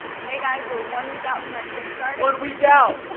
hey guys, we're one week out from our kickstarter one week out.